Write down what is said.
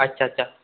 अच्छा अच्छा